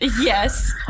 Yes